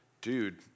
dude